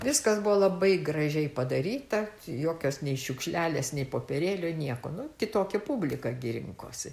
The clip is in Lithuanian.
viskas buvo labai gražiai padaryta jokios nei šiukšlelės nė popierėlio nieko nu kitokia publika rinkosi